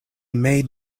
made